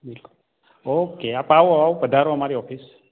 okay આપ આવો આવો પધારો અમારી ઓફિસ